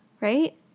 right